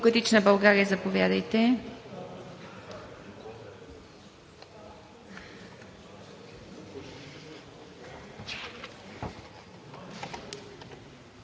От „Демократична България“ – заповядайте.